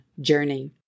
journey